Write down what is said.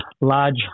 large